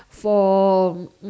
for